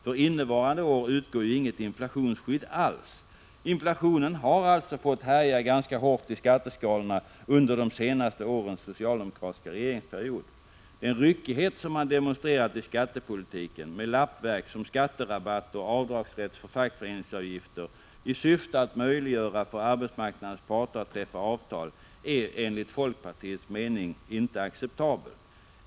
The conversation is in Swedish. För innevarande år finns inget inflationsskydd alls. Inflationen har alltså fått härja ganska hårt i skatteskalorna under den senaste socialdemokratiska regeringsperioden. Den ryckighet som regeringen har demonstrerat i skattepolitiken, med lappverk som skatterabatt och avdragsrätt för fackföreningsavgifter i syfte att möjliggöra för arbetsmarknadens parter att träffa avtal, är enligt folkpartiets mening inte acceptabel.